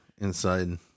inside